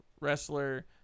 Wrestler